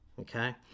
okay